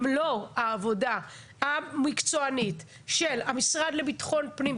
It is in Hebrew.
אם לא העבודה המקצוענית של המשרד לביטחון הפנים,